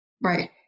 Right